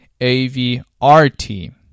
AVRT